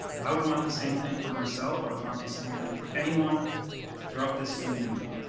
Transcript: i would want the same thing for myself, i would want the same thing for anyone throughout this community.